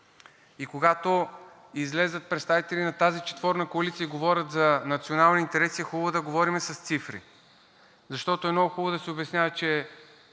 И когато излязат представители на тази четворна коалиция и говорят за национални интереси, е хубаво да говорим с цифри, защото е много хубаво да се обяснява, че